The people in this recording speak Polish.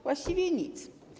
Właściwie nic.